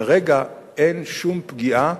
כרגע אין שום פגיעה